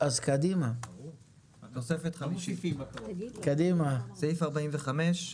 תוספת חמישית (סעיף 45)